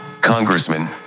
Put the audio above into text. Congressman